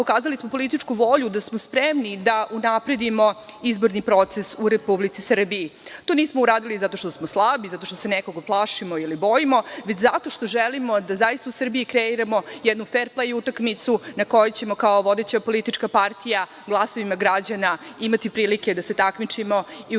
pokazali smo političku volju da smo spremni da unapredimo izborni proces u Republici Srbiji. To nismo uradili zato što smo slabi, zato što se nekoga plašimo ili bojimo, već zato što želimo da zaista u Srbiji kreiramo jednu fer-plej utakmicu na kojoj ćemo kao vodeće politička partija glasovima građana imati prilike da se takmičimo i u toj